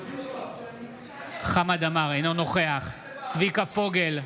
אינו נוכח צביקה פוגל,